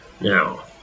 Now